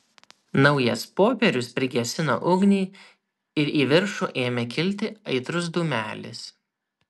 naujas popierius prigesino ugnį ir į viršų ėmė kilti aitrus dūmelis